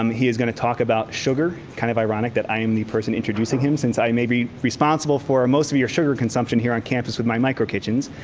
um he is gonna talk about sugar kind of ironic that i am the person introducing him since i may be responsible for most of your sugar consumption here on campus with my micro kitchens.